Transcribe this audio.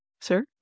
sir